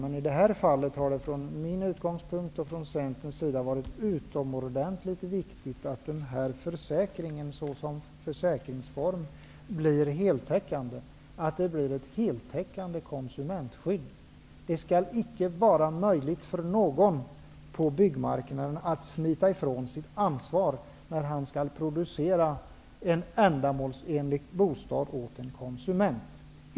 I det här fallet har det dock utifrån min och Centerns utgångspunkt varit utomordentligt viktigt att denna försäkring blir heltäckande, så att det blir ett heltäckande konsumentskydd. Det skall icke vara möjligt för någon på byggmarknaden att smita ifrån sitt ansvar vid producerandet av en ändamålsenlig bostad åt en konsument.